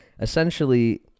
essentially